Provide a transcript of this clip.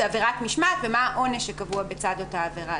עבירות משמעת ומה העונש שקבוע בצד אותה עבירה.